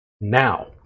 now